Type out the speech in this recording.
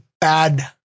bad